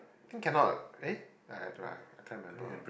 think cannot eh I can't remember